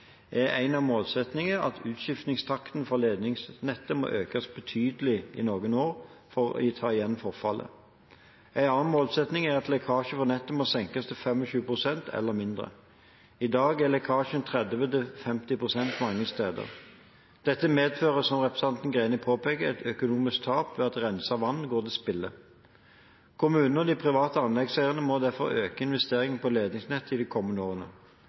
er en av målsettingene at utskiftingstakten for ledningsnettet må økes betydelig i noen år for å ta igjen forfallet. En annen målsetting er at lekkasje fra nettet må senkes til 25 pst. eller mindre. I dag er lekkasjen 30–50 pst. mange steder. Dette medfører, som representanten Greni påpeker, et økonomisk tap ved at renset vann går til spille. Kommunene og de private anleggseierne må derfor øke investeringen på ledningsnettet i de kommende årene.